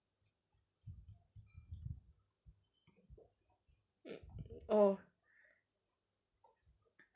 oh